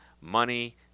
money